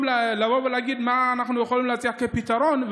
לבוא ולהגיד מה אנחנו יכולים להציע כפתרון,